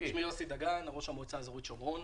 אני ראש המועצה האזורית שומרון.